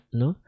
no